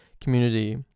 community